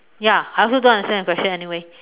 ya I also don't understand the question anyway